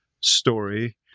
story